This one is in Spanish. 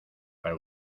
para